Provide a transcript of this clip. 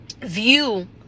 view